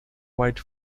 white